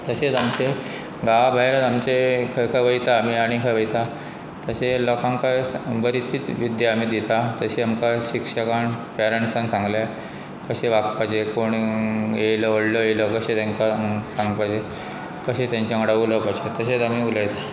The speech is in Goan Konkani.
तशेंच आमचे गांवा भायर आमचे खंय खंय वयता आमी आनी खंय वयता तशें लोकांकांय बरीतीच विद्या आमी दिता तशें आमकां शिक्षकान पेरणट्सक सांगले कशें वागपाचें कोण येयलो व्हडलो येयलो कशें तांकां सांगपाचें कशें तांच्या वांगडा उलोवपाचें तशेंच आमी उलयता